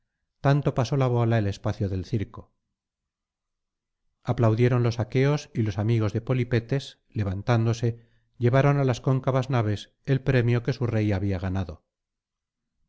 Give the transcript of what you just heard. tanto pasó la bola el espacio del circo aplaudieron los aqueos y los amigos de polipetes levantándose llevaron á las cóncavas naves el premio que su rey había ganado